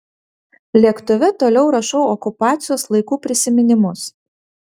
lėktuve toliau rašau okupacijos laikų prisiminimus